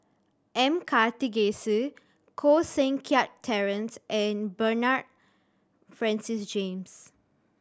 M Karthigesu Koh Seng Kiat Terence and Bernard Francis James